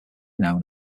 known